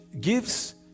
gives